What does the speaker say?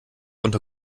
unter